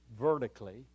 vertically